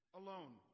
alone